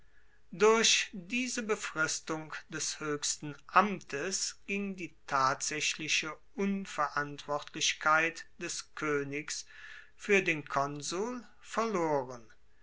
durch diese befristung des hoechsten amtes ging die tatsaechliche unverantwortlichkeit des koenigs fuer den konsul verloren